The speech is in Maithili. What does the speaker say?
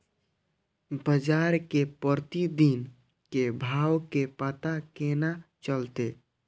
बजार के प्रतिदिन के भाव के पता केना चलते?